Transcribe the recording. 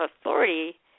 authority